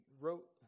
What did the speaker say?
wrote